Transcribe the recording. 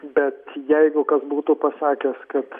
bet jeigu kas būtų pasakęs kad